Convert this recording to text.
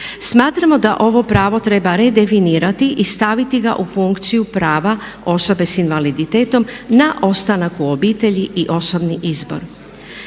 Smatramo da ovo pravo treba redefinirati i staviti ga u funkciju prava osobe sa invaliditetom na ostanak u obitelji i osobni izbor.